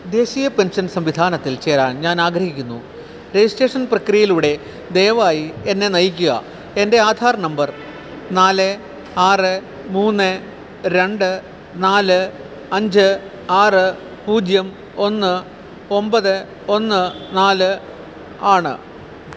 ദേശീയ പെൻഷൻ സംവിധാനത്തിൽ ചേരാൻ ഞാൻ ആഗ്രഹിക്കുന്നു രജിസ്ട്രേഷൻ പ്രക്രിയയിലൂടെ ദയവായി എന്നെ നയിക്കുക എൻ്റെ ആധാർ നമ്പർ നാല് ആറ് മൂന്ന് രണ്ട് നാല് അഞ്ച് ആറ് പൂജ്യം ഒന്ന് ഒമ്പത് ഒന്ന് നാല് ആണ്